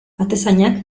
atezainak